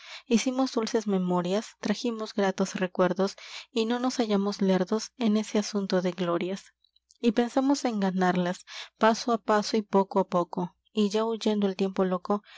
hicimos dulces memorias trajimos gratos recuerdos y no nos en ese hallamos lerdos glorias asunto de y pensamos en ganarlas á poco paso y ya á paso y poco huyendo el tiempo loco